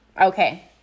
Okay